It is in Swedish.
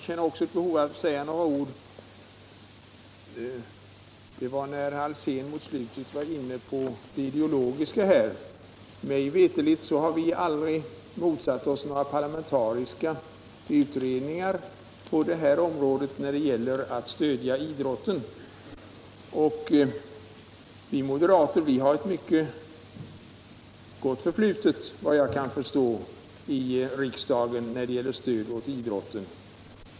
Herr talman! Herr Alsén var mot slutet av sitt anförande inne på de ideologiska frågorna. Mig veterligt har vi moderater aldrig motsatt oss några parlamentariska utredningar när det gäller att stödja idrotten. Vi moderater har vad jag kan förstå ett mycket gott förflutet i riksdagen. när det gäller stöd åt idrotten.